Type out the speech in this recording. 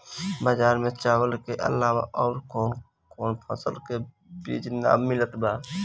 बजार में चावल के अलावा अउर कौनो फसल के बीज ना मिलत बा